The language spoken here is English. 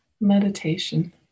meditation